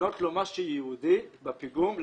לבנות לו משהו ייעודי בפיגום.